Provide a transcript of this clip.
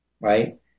right